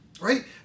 right